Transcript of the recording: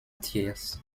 thiers